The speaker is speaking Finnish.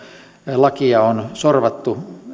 lakia on sorvattu